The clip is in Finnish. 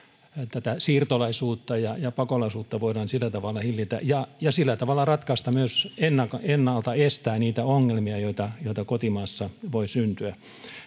tätä siirtolaisuutta ja ja pakolaisuutta voidaan sillä tavalla hillitä ja ja sillä tavalla ratkaista ja myös ennalta ennalta estää niitä ongelmia joita joita kotimaassa voi syntyä